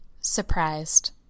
surprised